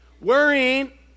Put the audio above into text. worrying